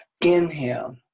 Inhale